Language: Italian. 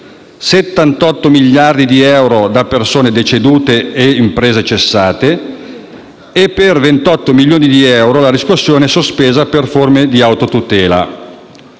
78 miliardi di euro da persone decedute e imprese cessate e per 28 milioni di euro la riscossione è sospesa per forme di autotutela;